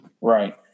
Right